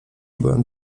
byłem